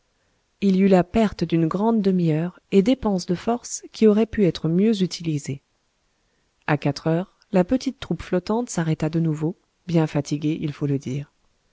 il y eut là perte d'une grande demi-heure et dépense de forces qui auraient pu être mieux utilisées a quatre heures la petite troupe flottante s'arrêta de nouveau bien fatiguée il faut le dire